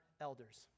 elders